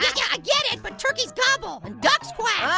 like yeah i get it, but turkeys gobble. and ducks quack. oh,